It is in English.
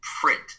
print